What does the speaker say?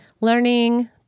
learning